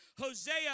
Hosea